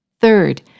Third